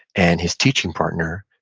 and his teaching partner,